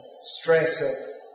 stress